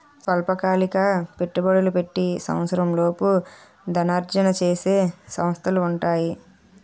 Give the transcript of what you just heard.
స్వల్పకాలిక పెట్టుబడులు పెట్టి సంవత్సరంలోపు ధనార్జన చేసే సంస్థలు ఉంటాయి